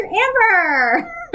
amber